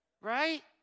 Right